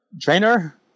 Trainer